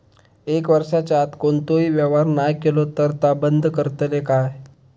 एक वर्षाच्या आत कोणतोही व्यवहार नाय केलो तर ता बंद करतले काय?